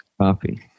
Coffee